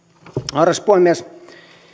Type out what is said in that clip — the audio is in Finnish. arvoisa puhemies